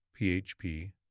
PHP